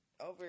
over